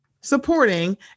supporting